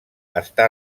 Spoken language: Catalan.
està